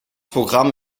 programm